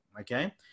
okay